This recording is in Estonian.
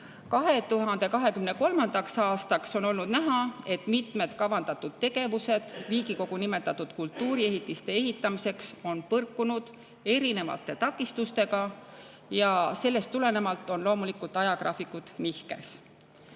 2023. aastaks on olnud näha, et mitmed kavandatud tegevused Riigikogu nimetatud kultuuriehitiste ehitamiseks on põrkunud erinevate takistustega, millest tulenevalt on ajagraafikud loomulikult nihkes.